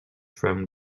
from